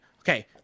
Okay